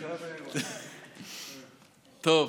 טוב,